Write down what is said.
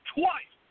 twice